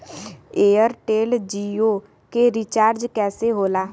Airtel Jio के recharge कैसे होला?